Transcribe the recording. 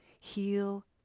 heal